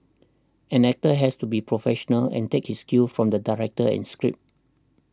an actor has to be professional and take his cue from the director and script